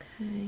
Okay